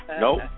Nope